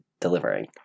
delivering